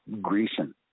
Grecian